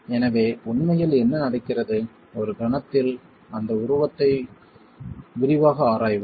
எனவே உண்மையில் என்ன நடக்கிறது ஒரு கணத்தில் அந்த உருவத்தை விரிவாக ஆராய்வோம்